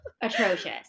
atrocious